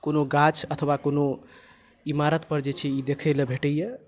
कोनो गाछ अथवा कोनो इमारतपर जे छै ई देखय लेल भेटैए